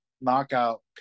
knockout